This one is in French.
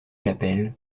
l’appel